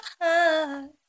heart